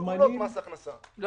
מה